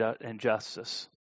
injustice